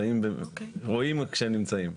רואים שהם נמצאים.